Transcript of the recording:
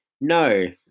No